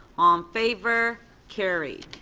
on favor? carried.